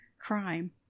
Crime